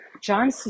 John